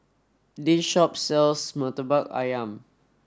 this shop sells Murtabak Ayam